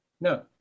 no